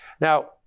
Now